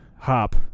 Hop